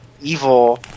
evil